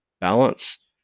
balance